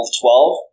twelve